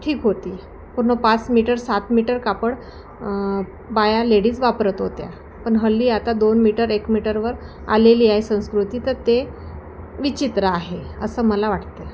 ठीक होती पूर्ण पाच मीटर सात मीटर कापड बाया लेडीज परत होत्या पण हल्ली आता दोन मीटर एक मीटरवर आलेली आहे संस्कृती तर ते विचित्र आहे असं मला वाटत आहे